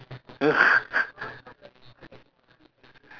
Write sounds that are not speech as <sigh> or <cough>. <laughs>